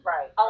Right